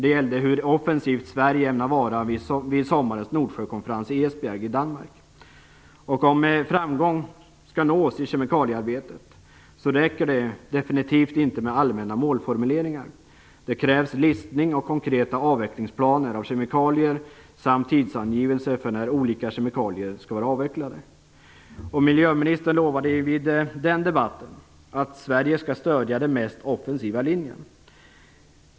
Det gällde hur offensivt Sverige ämnar vara vid sommarens Nordsjökonferens i Esbjerg i Danmark. Om framgång skall nås i kemikaliearbetet räcker det definitivt inte med allmänna målformuleringar. Det krävs listning av och konkreta avvecklingsplaner för kemikalier samt tidsangivelser för när olika kemikalier skall vara avvecklade. Miljöministern lovade vid den debatten att Sverige skall stödja den mest offensiva linjen.